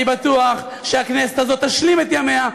אני בטוח שהכנסת הזאת תשלים את ימיה,